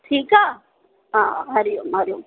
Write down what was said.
ठीकु आहे हा हरिओम हरिओम